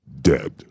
Dead